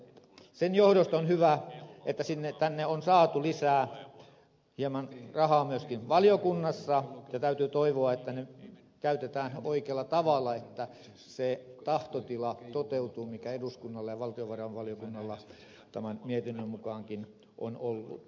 sen johdosta on hyvä että tänne on saatu hieman lisää rahaa myöskin valiokunnassa ja täytyy toivoa että ne käytetään oikealla tavalla että se tahtotila toteutuu mikä eduskunnalla ja valtiovarainvaliokunnalla tämän mietinnön mukaankin on ollut